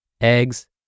eggs